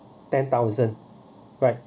ten thousand right